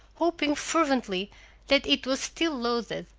hoping fervently that it was still loaded,